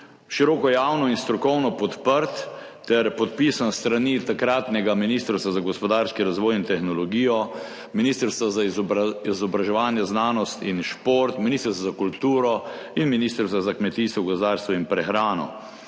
široko javno in strokovno podprt ter podpisan s strani takratnega ministrstva za gospodarski razvoj in tehnologijo, ministrstva za izobraževanje, znanost in šport, ministrstva za kulturo in ministrstva za kmetijstvo, gozdarstvo in prehrano.